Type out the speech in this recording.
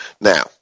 Now